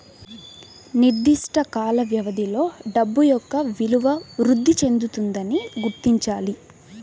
నిర్దిష్ట కాల వ్యవధిలో డబ్బు యొక్క విలువ వృద్ధి చెందుతుందని గుర్తించాలి